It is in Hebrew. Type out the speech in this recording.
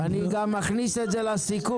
אני אכניס את זה גם לסיכום.